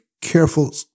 careful